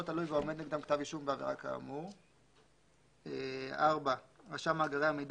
לא תלוי ועומד נגדם כתב אישום בעבירה כאמור,(4) רשם מאגרי המידע